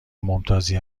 ممتازی